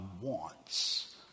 wants